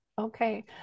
Okay